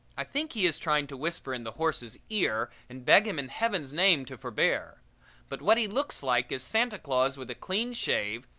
i think he is trying to whisper in the horse's ear and beg him in heaven's name to forbear but what he looks like is santa claus with a clean shave,